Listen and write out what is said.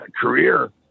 career